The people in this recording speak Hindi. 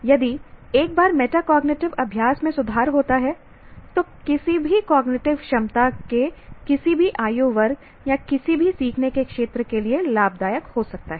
यदि एक बार मेटाकोग्निटिव अभ्यास में सुधार होता है तो किसी भी कॉग्निटिव क्षमता के किसी भी आयु वर्ग या किसी भी सीखने के क्षेत्र के लिए लाभदायक हो सकता है